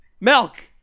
Milk